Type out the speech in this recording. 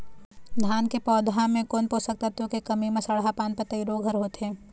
धान के पौधा मे कोन पोषक तत्व के कमी म सड़हा पान पतई रोग हर होथे?